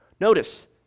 Notice